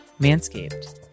Manscaped